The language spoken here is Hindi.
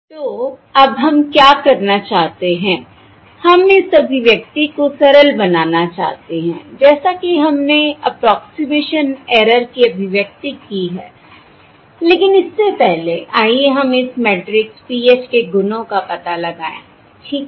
तो अब हम क्या करना चाहते हैं हम इस अभिव्यक्ति को सरल बनाना चाहते हैं जैसा कि हमने 'अप्रोक्सिमेशन ऐरर' 'approximation error' की अभिव्यक्ति की है लेकिन इससे पहले आइए हम इस मैट्रिक्स PH के गुणों का पता लगाएं ठीक है